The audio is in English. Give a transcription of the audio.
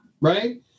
Right